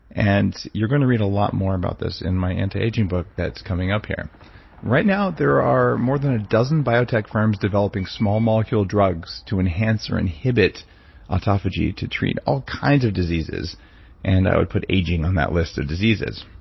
and then. you're going to read a lot more about this in my anti-aging book that's coming up here right now there are more than a dozen biotech firms developing small-molecule drugs to enhance or inhibit autophagy to treat all kinds of diseases and i would put aging on that list of diseases.